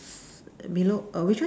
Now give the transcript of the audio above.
below which one